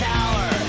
Tower